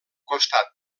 costat